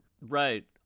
Right